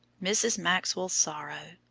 mrs. maxwell's sorrow.